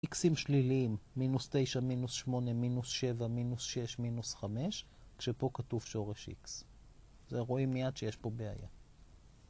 xים שליליים, מינוס תשע, מינוס שמונה, מינוס שבע, מינוס שש, מינוס חמש, כשפה כתוב שורש x, זה רואים מיד שיש פה בעיה.